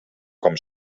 com